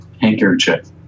handkerchief